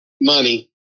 money